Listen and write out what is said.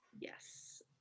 Yes